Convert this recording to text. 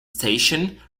station